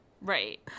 right